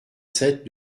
sept